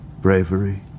bravery